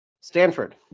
Stanford